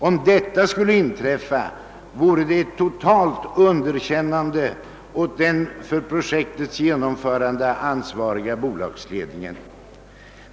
Om detta skulle inträffa vore det ett totalt underkännande av den för projektets genomförande ansvariga bolagsledningen.